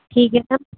ٹھیک ہے میم